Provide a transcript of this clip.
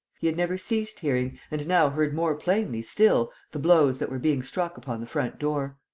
he had never ceased hearing and now heard more plainly still the blows that were being struck upon the front-door.